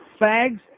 Fags